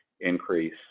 increase